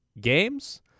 games